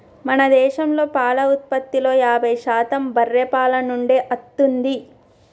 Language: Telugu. మన దేశంలో పాల ఉత్పత్తిలో యాభై శాతం బర్రే పాల నుండే అత్తుంది